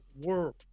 world